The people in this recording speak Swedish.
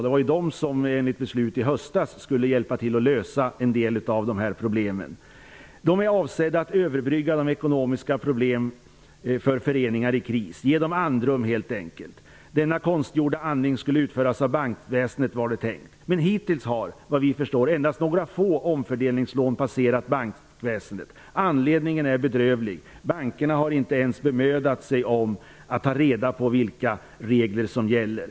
Det var ju de som enligt beslutet i höstas skulle hjälpa till att lösa en del av dessa problem. De är -- ''avsedda att överbrygga de ekonomiska problemen för föreningar i kris, ge dem andrum helt enkelt. Denna konstgjorda andning skulle utföras av bankväsendet, var det tänkt. Men hittills har, vad vi förstår, endast några få omfördelningslån passerat bankväsendet. Anledningen är bedrövlig, bankerna har inte ens bemödat sig om att ta reda på vilka regler som gäller.''